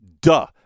duh